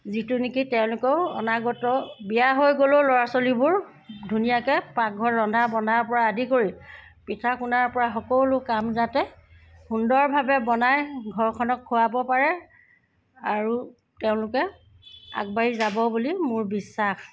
যিটো নেকি তেওঁলোকেও অনাগত বিয়া হৈ গ'লেও ল'ৰা ছোৱালীবোৰ ধুনীয়াকৈ পাকঘৰত ৰন্ধা বন্ধাৰ পৰা আদি কৰি পিঠা খুন্দাৰ পৰা সকলো কাম যাতে সুন্দৰভাৱে বনাই ঘৰখনক খুৱাব পাৰে আৰু তেওঁলোকে আগবাঢ়ি যাব বুলি মোৰ বিশ্বাস